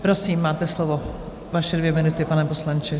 Prosím, máte slovo, vaše dvě minuty, pane poslanče.